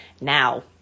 now